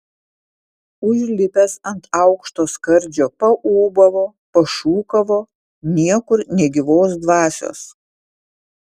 užlipęs ant aukšto skardžio paūbavo pašūkavo niekur nė gyvos dvasios